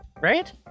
right